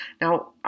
Now